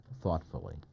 thoughtfully